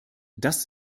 das